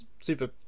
super